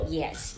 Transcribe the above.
yes